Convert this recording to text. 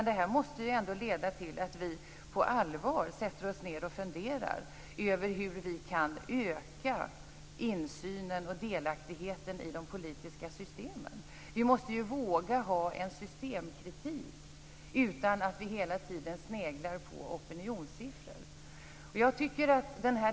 Det måste leda till att vi på allvar funderar över hur vi kan öka insynen och delaktigheten i de politiska systemen. Vi måste våga ha en systemkritik utan att hela tiden snegla på opinionssiffror.